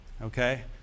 okay